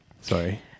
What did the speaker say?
Sorry